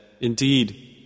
Indeed